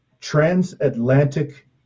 transatlantic